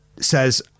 says